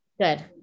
good